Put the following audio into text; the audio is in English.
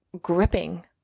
gripping